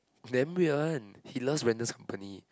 damn weird one he loves Brandon's company